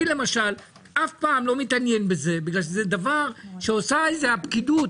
אני למשל אף פעם לא מתעניין בזה בגלל שזה דבר שעושה את זה הפקידות,